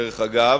דרך אגב,